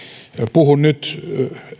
puhun nyt